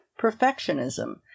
Perfectionism